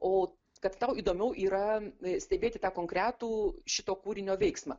o kad tau įdomiau yra stebėti tą konkretų šito kūrinio veiksmą